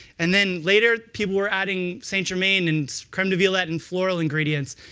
and then later people were adding saint germain and creme de violette and floral ingredients.